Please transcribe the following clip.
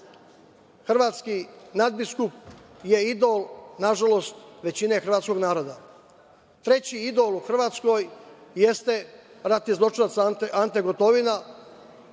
hrvatski nadbiskup je idol, na žalost većine hrvatskog naroda. Treći idol u Hrvatskoj jeste ratni zločinac Ante Gotovina,